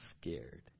scared